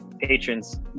patrons